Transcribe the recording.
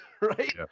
right